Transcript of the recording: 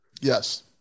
Yes